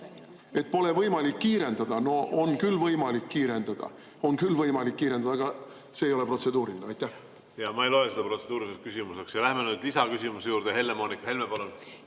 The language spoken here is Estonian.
et pole võimalik kiirendada – no on küll võimalik kiirendada, on küll võimalik kiirendada. Aga see ei ole protseduuriline. Ma ei loe seda protseduuriliseks küsimuseks. Läheme nüüd lisaküsimuse juurde. Helle-Moonika Helme, palun!